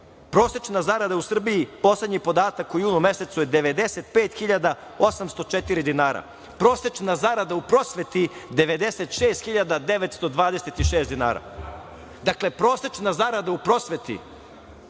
Srbiji. Prosečna zarada u Srbiji, poslednji podatak u julu mesecu, je 95.804 dinara. Prosečna zarada u prosveti je 96.926 dinara. Dakle, prosečna zarada u prosveti